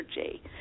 energy